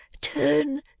Turn